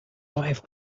wife